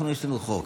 יש לנו חוק.